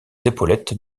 épaulettes